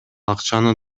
акчаны